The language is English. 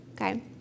Okay